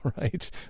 right